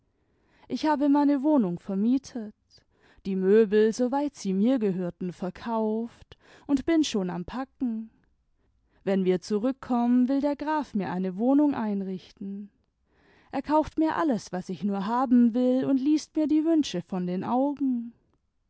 ich habe meine wohnung vermietet die möbel soweit sie mir gehörten verkauft md bin schon am packen wenn wir zurückkonunen will der graf mir eijie wohnung einrichten er kauft nur alles was ich nur haben will imd liest mir die wünsche von den augen